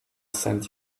send